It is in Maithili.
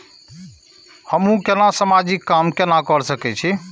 हमू केना समाजिक काम केना कर सके छी?